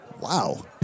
Wow